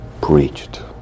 preached